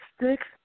six